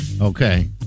Okay